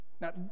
Now